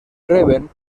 reben